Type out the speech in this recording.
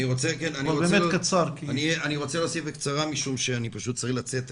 אני רוצה להוסיף בקצרה משום שאני פשוט צריך לצאת תיכף.